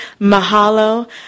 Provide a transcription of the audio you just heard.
Mahalo